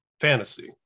fantasy